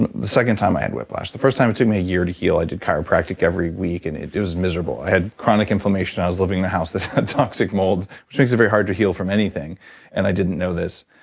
and the second time i had whiplash. the first time it took me a year to heal. i did chiropractic every week and it it was miserable. i had chronic inflammation. i was living in a house that had toxic mold which makes it very hard to heal from anything and i didn't know this.